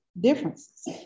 differences